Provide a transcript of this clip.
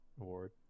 Award